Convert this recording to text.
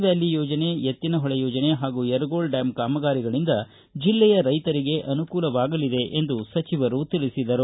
valley ಯೋಜನೆ Yettinahole ಯೋಜನೆ ಹಾಗೂ ಯರಗೋಳ್ ಡ್ಯಾಂ ಕಾಮಗಾರಿ ಇವು ಜಿಲ್ಲೆಯ ರೈತರಿಗೆ ವರದಾನವಾಗಲಿವೆ ಎಂದು ಸಚಿವರು ತಿಳಿಸಿದರು